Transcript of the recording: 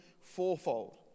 fourfold